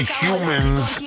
humans